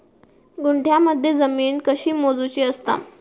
गुंठयामध्ये जमीन कशी मोजूची असता?